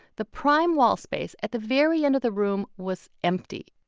the prime wall space at the very end of the room was empty.